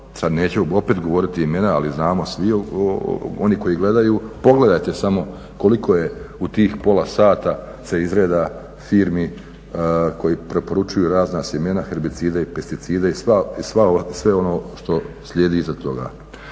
neću opet govoriti imena ali znamo svi oni koji gledaju. Pogledajte samo koliko je u tih pola sata se izreda firmi koji preporučuju razna sjemena, herbicide, pesticide i sve ono što slijedi iza toga.